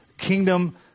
kingdom